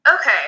okay